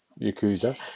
Yakuza